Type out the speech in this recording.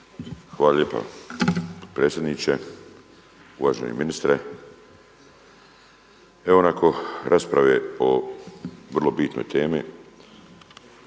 Hvala lijepa. Potpredsjedniče, uvaženi ministre! Evo nakon rasprave o vrlo bitnoj temi